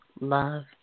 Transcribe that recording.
love